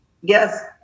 yes